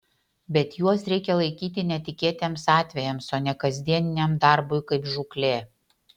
bet juos reikia laikyti netikėtiems atvejams o ne kasdieniam darbui kaip žūklė